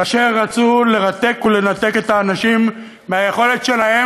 כאשר רצו לרתק ולנתק את האנשים מהיכולת שלהם